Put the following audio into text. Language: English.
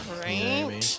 Right